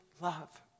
love